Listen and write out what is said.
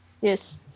Yes